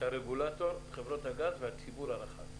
יש את הרגולטור, את חברות הגז והציבור הרחב.